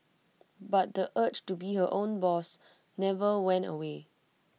but the urge to be her own boss never went away